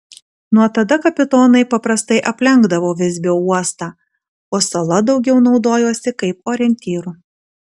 nuo tada kapitonai paprastai aplenkdavo visbio uostą o sala daugiau naudojosi kaip orientyru